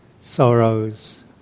sorrows